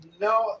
No